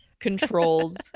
controls